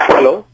Hello